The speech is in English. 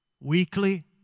weekly